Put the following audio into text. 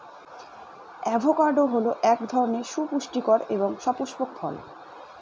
avocado হল এক ধরনের সুপুষ্টিকর এবং সপুস্পক ফল